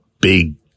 big